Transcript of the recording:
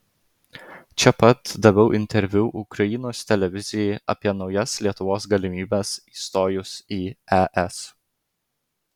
čia pat daviau interviu ukrainos televizijai apie naujas lietuvos galimybes įstojus į es